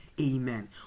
amen